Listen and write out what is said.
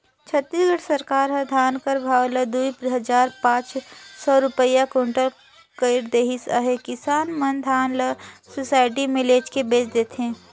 छत्तीसगढ़ सरकार ह धान कर भाव ल दुई हजार पाच सव रूपिया कुटल कइर देहिस अहे किसान मन धान ल सुसइटी मे लेइजके बेच देथे